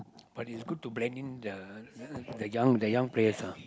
but it's good to blend in the the young the young players ah